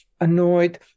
annoyed